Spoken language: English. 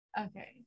Okay